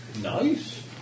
Nice